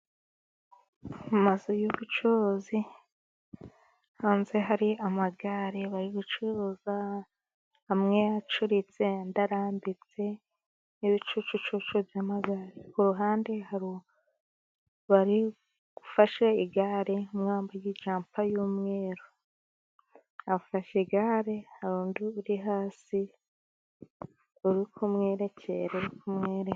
Amazu y'ubucuruzi hanze hari amagare bari gucuruza amwe acuritse andi arambitse n'ibicucucucu by'amagare. Ku ruhande hari ufashe igare wambaye jampa y'umweru afashe igare, hari undi uri hasi uri kumwerekera uri kumwereka.